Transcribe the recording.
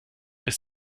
ist